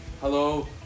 Hello